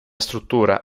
struttura